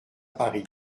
paris